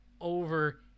over